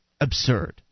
Absurd